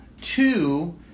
two